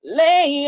lay